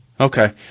Okay